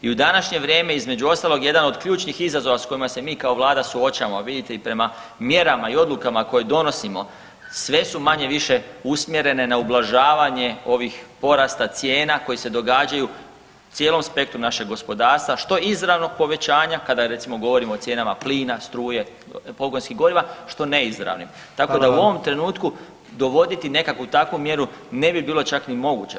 I u današnje vrijeme između ostalog jedan od ključnih izazova s kojima se mi kao vlada suočavamo, a vidite i prema mjerama i odlukama koje donosimo sve su manje-više usmjerene na ublažavanje ovih porasta cijena koje se događaju cijelom spektru našeg gospodarstva što izravnog povećanja kada recimo govorimo o cijenama plina, struje, pogonskih goriva što neizravnim [[Upadica: Hvala vam.]] tako da u ovom trenutku dovoditi nekakvu takvu mjeru ne bi bilo čak ni moguće ja bih rekao.